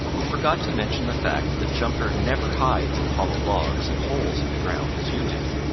you forgot to mention the fact that jumper never hides in hollow logs and holes in the ground as you do.